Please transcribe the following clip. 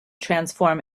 transform